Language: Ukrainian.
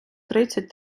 тридцять